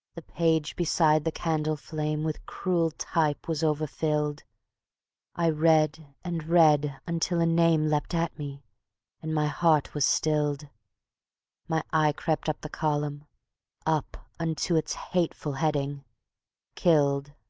the page beside the candle-flame with cruel type was overfilled i read and read until a name leapt at me and my heart was stilled my eye crept up the column up unto its hateful heading killed.